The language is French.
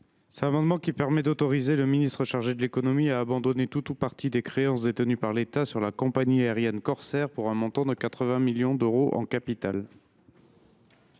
Cet amendement vise à autoriser le ministre chargé de l’économie à abandonner tout ou partie des créances détenues par l’État sur la compagnie aérienne Corsair, pour un montant de 80 millions d’euros en capital.